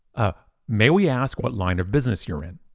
ah may we ask what line of business you're in?